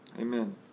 Amen